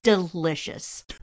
delicious